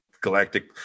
galactic